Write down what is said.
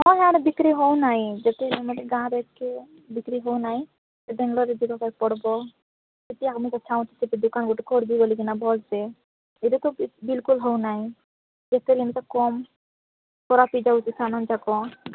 ହଁ ହଁ ଇଆଡ଼େ ବିକ୍ରୀ ହଉ ନାଇଁ ଯେତିକି ଆମରି ଗାଁରେ ଏତିକି ବିକ୍ରୀ ହଉ ନାଇଁ ସେ ବାଙ୍ଗାଲୋର୍ରେ ଯିବା ପାଇଁ ପଡ଼ବ୍ ସେଇଠି ଆମକୁ ଇଚ୍ଛା ହେଉଛି ସେଇଠି ଦୋକାନ୍ ଗୋଟେ କର୍ବି ବୋଲିକିନା ଭଲସେ ସେଇଟା ତ ବିଲକୁଲ୍ ହଉ ନାଇଁ ଯେତେହେଲେ କମ୍ ଖରାପ୍ ହେଇଯାଉଛି ସାମାନ୍ ଯାକ